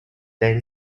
dan